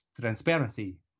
transparency